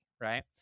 right